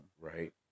Right